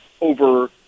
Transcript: over